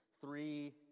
three